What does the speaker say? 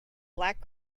black